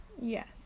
yes